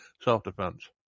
Self-defense